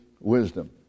Wisdom